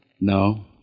No